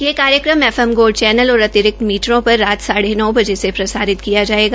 यह कार्यक्रम F M gold channel और अतिरिक्त मीटरों पर सात साढ़े नौ बजे से प्रसारित किया जायेगा